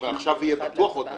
הרי עכשיו יהיה בטוח עוד נציג,